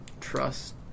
trust